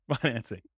financing